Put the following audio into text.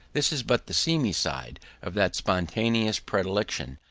this is but the seamy side of that spontaneous predilection,